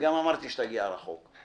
וגם אמרתי שתגיע רחוק.